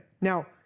Now